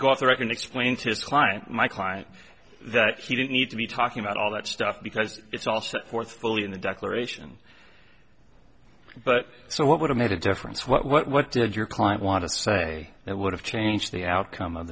go off the record explain to his client my client that he didn't need to be talking about all that stuff because it's all set forth fully in the declaration but so what would have made a difference what did your client want to say that would have changed the outcome of